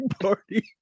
party